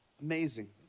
amazing